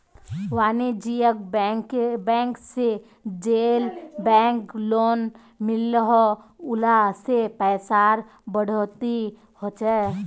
वानिज्ज्यिक बैंक से जेल बैंक लोन मिलोह उला से पैसार बढ़ोतरी होछे